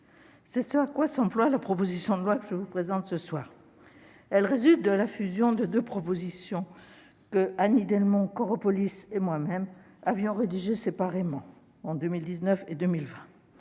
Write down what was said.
c'est ce à quoi s'emploie la proposition de loi que je vous présente ce soir. Elle découle de la fusion de deux précédentes propositions qu'Annie Delmont-Koropoulis et moi-même avions rédigées séparément, en 2019 et 2020.